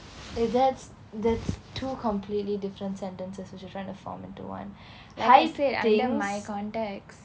eh that's that's two completely different sentences that you're trying to form into one hype things